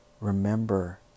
remember